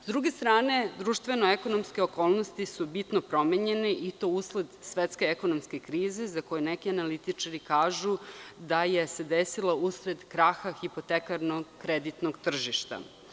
Sa druge strane, društveno- ekonomske okolnosti su bitno promenjene i to usled svetske ekonomske krize, za koju neki analitičari kažu da se desila usled kraha hipotekarnog kreditnog tržišta.